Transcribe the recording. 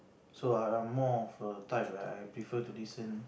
so I I'm more of a type where I prefer to listen